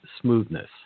smoothness